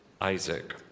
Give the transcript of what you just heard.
Isaac